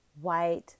white